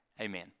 Amen